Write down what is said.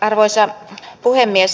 arvoisa puhemies